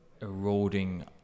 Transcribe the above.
eroding